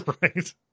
Right